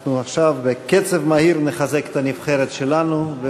אנחנו עכשיו, בקצב מהיר, נחזק את הנבחרת שלנו.